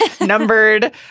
numbered